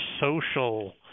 social